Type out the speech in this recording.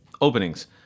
openings